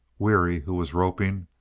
weary, who was roping,